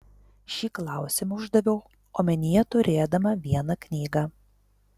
šį klausimą uždaviau omenyje turėdama vieną knygą